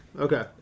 Okay